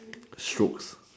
stroke